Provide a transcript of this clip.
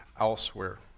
elsewhere